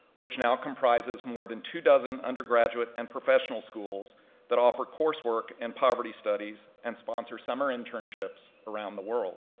which now comprises more than two dozen undergraduate and professional schools that offer coursework in and poverty studies and sponsor summer internships around the world.